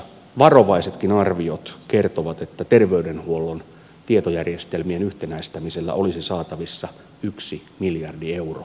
varovaisetkin arviot kertovat että terveydenhuollon tietojärjestelmien yhtenäistämisellä olisi saatavissa miljardi euroa